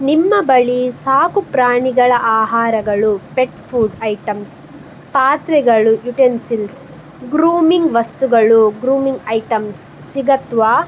ನಿಮ್ಮ ಬಳಿ ಸಾಕು ಪ್ರಾಣಿಗಳ ಆಹಾರಗಳು ಪೆಟ್ ಫುಡ್ ಐಟಮ್ಸ್ ಪಾತ್ರೆಗಳು ಯುಟೆನ್ಸಿಲ್ಸ್ ಗ್ರೂಮಿಂಗ್ ವಸ್ತುಗಳು ಗ್ರೂಮಿಂಗ್ ಐಟಮ್ಸ್ ಸಿಗುತ್ತಾ